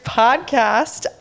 podcast